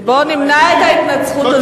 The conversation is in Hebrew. ובוא נמנע את ההתנצחות הזו.